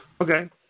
Okay